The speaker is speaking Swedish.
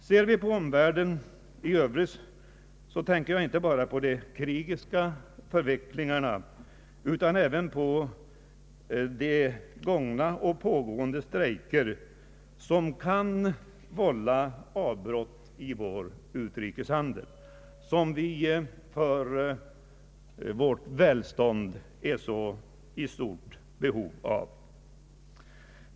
När det gäller omvärlden i övrigt tänker jag inte bara på de krigiska förvecklingarna utan även på avslutade och pågående strejker som kan vålla avbrott i vår utrikeshandel vilken vi för vårt välstånd är så beroende av.